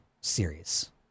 series